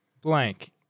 blank